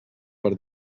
per